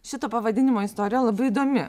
šito pavadinimo istorija labai įdomi